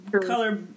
Color